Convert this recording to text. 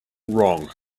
wrong